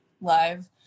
live